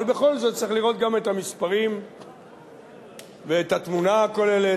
אבל בכל זאת צריך לראות גם את המספרים ואת התמונה הכוללת.